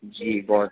جی بہت